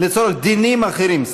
דינים אחרים),